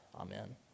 Amen